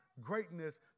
Greatness